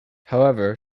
however